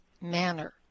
manner